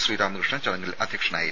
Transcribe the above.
ശ്രീരാമകൃഷ്ണൻ ചടങ്ങിൽ അധ്യക്ഷനായിരുന്നു